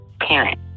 parent